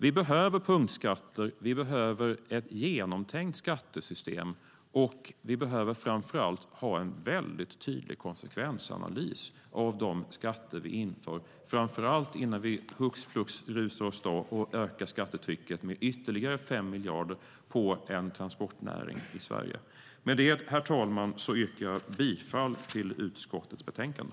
Vi behöver punktskatter, vi behöver ett genomtänkt skattesystem, och vi behöver framför allt ha en mycket tydlig konsekvensanalys av de skatter som vi inför, framför allt innan vi hux flux rusar åstad och ökar skattetrycket med ytterligare 5 miljarder på en transportnäring i Sverige. Herr talman! Jag yrkar bifall till förslaget i utskottets betänkande.